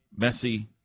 Messi